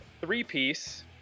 three-piece